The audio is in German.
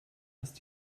ist